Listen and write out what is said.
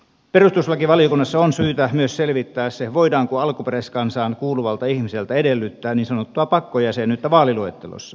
perustuslakivaliokunnassa on syytä myös selvittää se voidaanko alkuperäiskansaan kuuluvalta ihmiseltä edellyttää niin sanottua pakkojäsenyyttä vaaliluettelossa